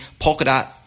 Polkadot